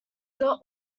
got